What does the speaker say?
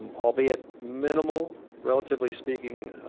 um albeit minimal, relatively speaking,